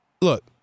look